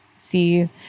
see